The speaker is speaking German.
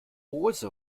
hose